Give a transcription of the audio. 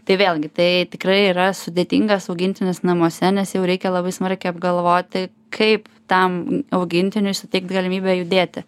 tai vėlgi tai tikrai yra sudėtingas augintinis namuose nes jau reikia labai smarkiai apgalvoti kaip tam augintiniui suteikt galimybę judėti